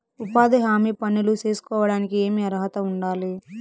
ఉపాధి హామీ పనులు సేసుకోవడానికి ఏమి అర్హత ఉండాలి?